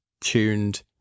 tuned